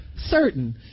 certain